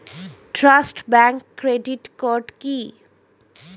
Trust bank credit card কি?